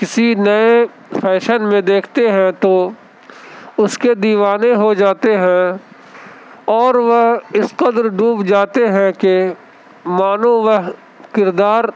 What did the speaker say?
کسی نئے فیشن میں دیکھتے ہیں تو اس کے دیوانے ہو جاتے ہیں اور وہ اس قدر ڈوب جاتے ہیں کہ مانو وہ کردار